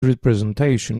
representation